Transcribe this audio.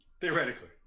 Theoretically